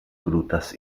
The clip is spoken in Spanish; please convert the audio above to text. grutas